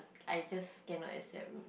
I just cannot accept